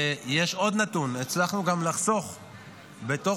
ויש עוד נתון: הצלחנו גם לחסוך בתוך